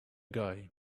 guy